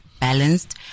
balanced